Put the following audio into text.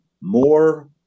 more